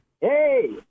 Hey